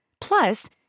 Plus